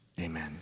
amen